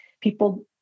people